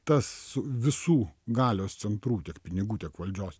tas visų galios centrų tiek pinigų tiek valdžios